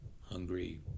Hungary